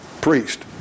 priest